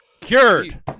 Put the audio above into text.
Cured